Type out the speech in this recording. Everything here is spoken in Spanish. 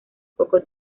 poco